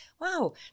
wow